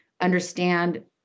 understand